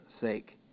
sake